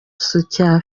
cya